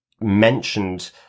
mentioned